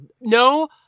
No